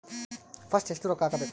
First ಎಷ್ಟು ರೊಕ್ಕ ಹಾಕಬೇಕು?